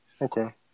Okay